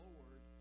Lord